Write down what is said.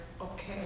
okay